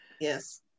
Yes